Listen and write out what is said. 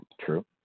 true